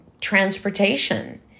transportation